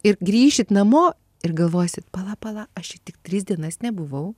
ir grįšit namo ir galvosit pala pala aš čia tik tris dienas nebuvau